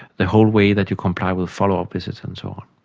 the whole way that you comply with follow-up visits and so on.